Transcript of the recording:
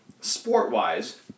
sport-wise